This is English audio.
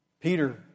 Peter